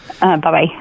Bye-bye